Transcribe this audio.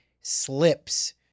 slips